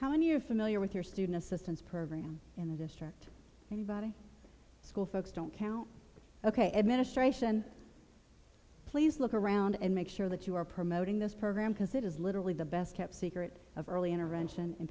how many are familiar with your student assistance program in the district inviting school folks don't count ok administration please look around and make sure that you are promoting this program because it is literally the best kept secret of early intervention in